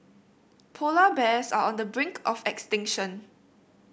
polar bears are on the brink of extinction